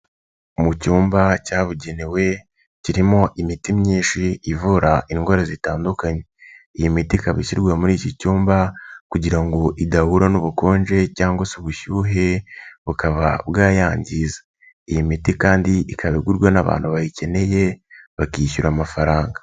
Mu cyumba cyabugenewe kirimo imiti myinshi ivura indwara zitandukanye, iyi miti ikaba ishyirwa muri iki cyumba kugira ngo idahura n'ubukonje cyangwa se ubushyuhe bukaba bwayangiza, iyi miti kandi ikaba igurwa n'abantu bayikeneye bakishyura amafaranga.